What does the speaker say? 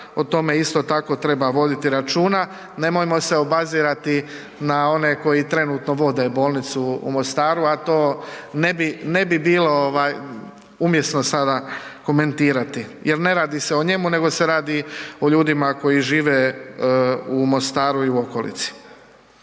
o tome isto tako treba voditi računa. Nemojmo se obazirati na one koji trenutno vode bolnicu u Mostaru, a to ne bi, ne bi bilo ovaj umjesno sada komentirati jer ne radi se o njemu, nego se radi o ljudima koji žive u Mostaru i okolici.